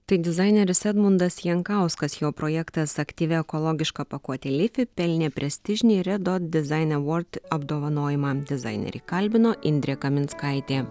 tai dizaineris edmundas jankauskas jo projektas aktyvi ekologiška pakuotė lifi pelnė prestižinį redo dizaine vort apdovanojimą dizainerį kalbino indrė kaminskaitė